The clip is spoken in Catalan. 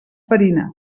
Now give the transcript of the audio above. farina